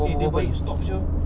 eh dia baik stop [siol]